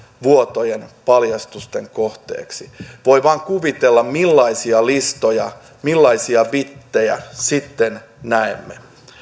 vuotojen paljastusten kohteeksi voi vain kuvitella millaisia listoja millaisia bittejä sitten näemme